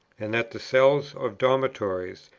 and that the cells of dormitories,